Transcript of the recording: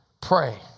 pray